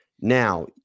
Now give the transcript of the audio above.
Now